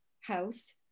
house